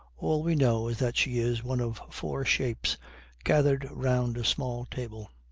all we know is that she is one of four shapes gathered round a small table.